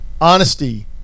Honesty